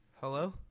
Hello